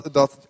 dat